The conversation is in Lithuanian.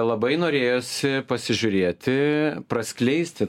labai norėjosi pasižiūrėti praskleisti